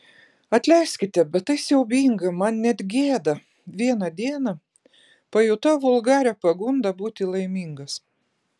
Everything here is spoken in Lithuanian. atleiskite bet tai siaubinga man net gėda vieną dieną pajutau vulgarią pagundą būti laimingas